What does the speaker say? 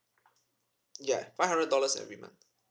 ya five hundred dollars every month